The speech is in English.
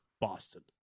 Boston